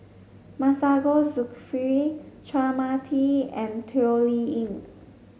Masagos Zulkifli Chua Mia Tee and Toh Liying